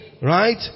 Right